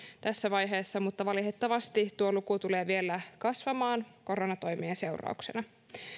tässä vaiheessa mutta valitettavasti tuo luku tulee vielä kasvamaan koronatoimien seurauksena